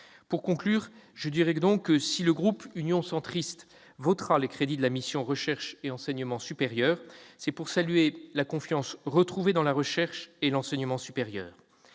et courageux doivent être faits. Le groupe Union Centriste votera les crédits de la mission « Recherche et enseignement supérieur » pour saluer la confiance retrouvée dans la recherche et l'enseignement supérieur.